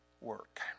work